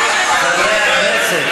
חברי הכנסת.